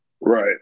Right